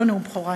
לא נאום בכורה.